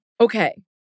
okay